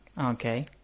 Okay